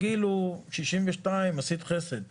הגיל הוא 62, עשית חסד.